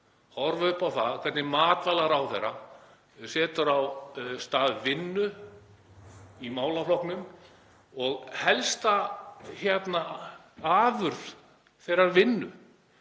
horfa upp á það hvernig matvælaráðherra setur af stað vinnu í málaflokknum og helsta afurð þeirrar vinnu